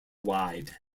wide